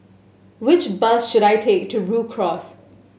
which bus should I take to Rhu Cross